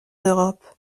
europe